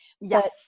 Yes